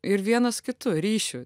ir vienas kitu ryšiu